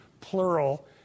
plural